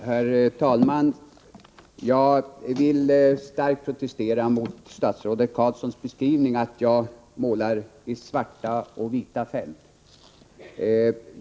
Herr talman! Jag vill starkt protestera mot statsrådet Roine Carlssons beskrivning att jag målar i svarta och vita färger.